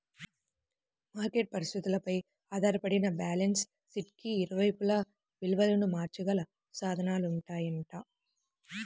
market పరిస్థితులపై ఆధారపడి balance షీట్కి ఇరువైపులా విలువను మార్చగల సాధనాలుంటాయంట